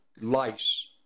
lice